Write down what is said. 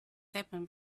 happened